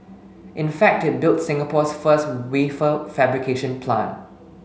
in fact it built Singapore's first wafer fabrication plant